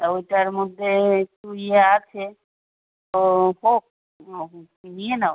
তা ওইটার মধ্যে একটু ইয়ে আছে তো হোক নিয়ে নাও